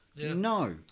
No